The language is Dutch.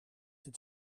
het